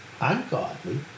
ungodly